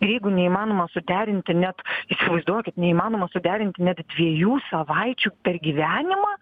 jeigu neįmanoma suderinti net įsivaizduokit neįmanoma suderinti net dviejų savaičių per gyvenimą